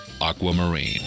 aquamarine